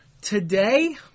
today